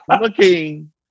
looking